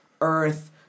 earth